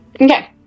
Okay